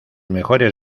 mejores